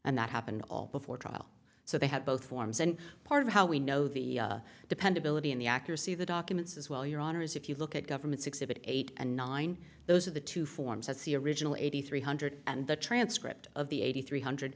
and that happened all before trial so they have both forms and part of how we know the dependability and the accuracy of the documents as well your honor is if you look at government six seven eight and nine those are the two forms as the original eighty three hundred and the transcript of the eighty three hundred